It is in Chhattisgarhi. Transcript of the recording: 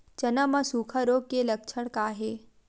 चना म सुखा रोग के लक्षण का हे?